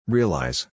Realize